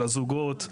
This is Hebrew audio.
לזוגות,